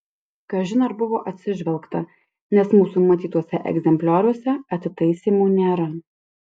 kažin ar buvo atsižvelgta nes mūsų matytuose egzemplioriuose atitaisymų nėra